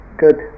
good